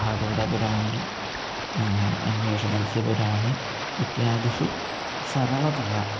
भागवतपुराणे अन्येषु मत्स्यपुराणे इत्यादिषु सरलतया